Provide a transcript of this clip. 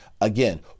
again